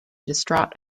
distraught